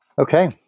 Okay